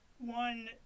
One